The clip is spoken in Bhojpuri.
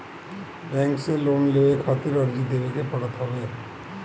बैंक से लोन लेवे खातिर अर्जी देवे के पड़त हवे